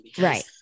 Right